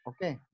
Okay